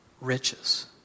riches